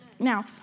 Now